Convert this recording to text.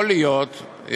לא,